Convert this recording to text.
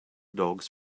dogs